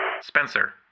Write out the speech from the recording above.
Spencer